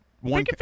one